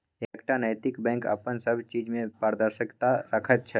एकटा नैतिक बैंक अपन सब चीज मे पारदर्शिता राखैत छै